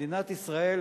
מדינת ישראל,